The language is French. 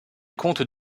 compte